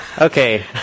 okay